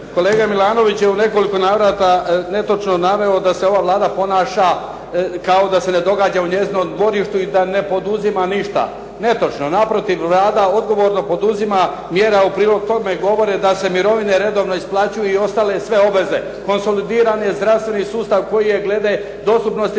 Kolega Milanović je u nekoliko navrata netočno naveo da se ova Vlada ponaša kao da se ne događa u njezinom dvorištu i da ne poduzima ništa. Netočno. Naprotiv, Vlada odgovorno poduzima mjere a u prilog tome govore da se mirovne redovno isplaćuju i ostale sve obveze. Konsolidiran je zdravstveni sustav koji je glede dostupnosti